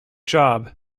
job